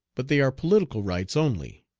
but they are political rights only.